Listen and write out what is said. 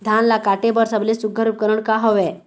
धान ला काटे बर सबले सुघ्घर उपकरण का हवए?